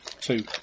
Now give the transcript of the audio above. Two